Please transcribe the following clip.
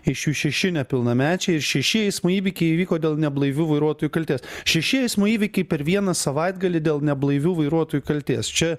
iš jų šeši nepilnamečiai ir šeši eismo įvykiai įvyko dėl neblaivių vairuotojų kaltės šeši eismo įvykiai per vieną savaitgalį dėl neblaivių vairuotojų kaltės čia